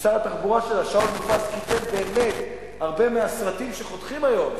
שר התחבורה שלה שאול מופז קידם באמת הרבה מהסרטים שחותכים היום,